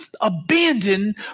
abandon